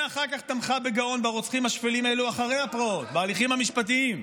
ואחר כך תמכה בגאון ברוצחים השפלים האלה אחרי הפרעות בהליכים המשפטיים.